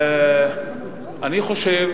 אני חושב